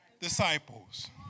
disciples